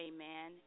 Amen